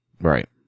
Right